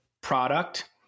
product